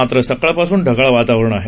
मात्र सकाळपासून ढगाळ वातावरण आहे